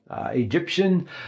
Egyptian